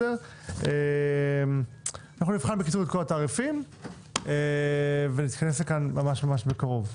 אנחנו נבחן את כל התעריפים ונתכנס כאן ממש ממש בקרוב.